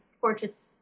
portraits